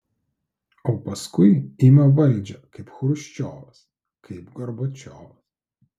o paskui ima valdžią kaip chruščiovas kaip gorbačiovas